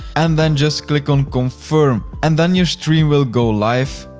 and then just click on confirm. and then your stream will go live.